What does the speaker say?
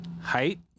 Height